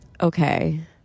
Okay